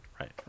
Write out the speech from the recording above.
right